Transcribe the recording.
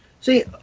See